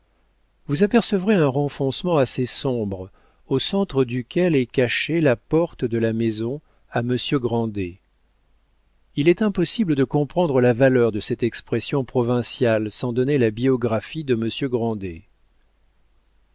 vous apercevez un renfoncement assez sombre au centre duquel est cachée la porte de la maison à monsieur grandet il est impossible de comprendre la valeur de cette expression provinciale sans donner la biographie de